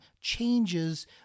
changes